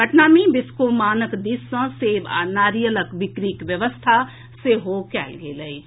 पटना मे बिस्कोमानक दिस सँ सेब आ नारियलक बिक्री व्यवस्था कयल गेल अछि